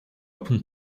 open